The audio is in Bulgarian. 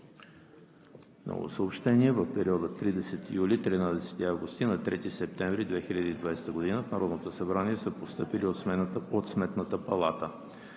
Народното събрание. В периода 30 юли – 13 август, и на 3 септември 2020 г. в Народното събрание са постъпили от Сметната палата: